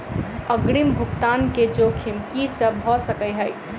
अग्रिम भुगतान केँ जोखिम की सब भऽ सकै हय?